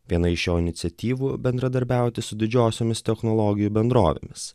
viena iš jo iniciatyvų bendradarbiauti su didžiosiomis technologijų bendrovėmis